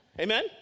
Amen